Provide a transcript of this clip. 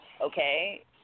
okay